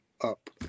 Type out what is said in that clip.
up